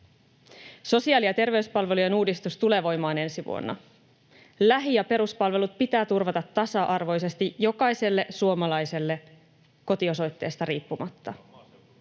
Sosiaali- ja terveyspalvelujen uudistus tulee voimaan ensi vuonna. Lähi- ja peruspalvelut pitää turvata tasa-arvoisesti jokaiselle suomalaiselle kotiosoitteesta riippumatta.